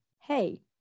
hey